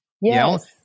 Yes